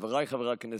חבריי חברי הכנסת,